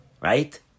right